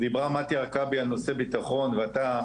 דיברה מטי הרכבי על נושא ביטחון ואתה,